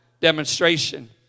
demonstration